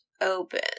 open